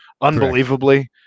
unbelievably